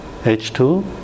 H2